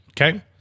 Okay